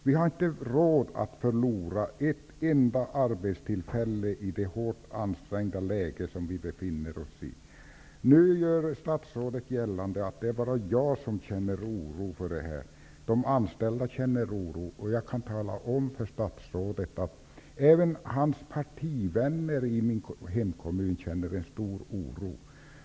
Vi har inte råd att förlora ett enda arbetstillfälle i det hårt ansträngda läge som vi befinner oss i. Nu gör statsrådet gällande att det bara är jag som känner oro. Men de anställda känner oro. Jag kan tala om för statsrådet att även hans partivänner i min hemkommun känner en stor oro.